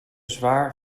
zwaar